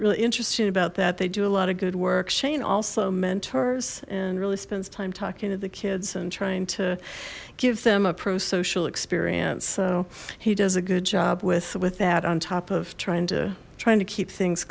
really interesting about that they do a lot of good work shane also mentors and really spends time talking to the kids and trying to give them a pro social experience so he does a good job with with that on top of trying to trying to keep things